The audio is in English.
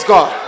God